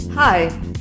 Hi